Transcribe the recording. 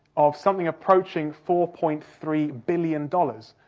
of something approaching four point three billion dollars,